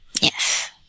Yes